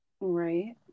Right